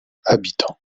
habitants